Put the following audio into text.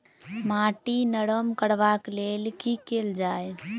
माटि नरम करबाक लेल की केल जाय?